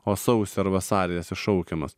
o sausį ar vasarį esi šaukiamas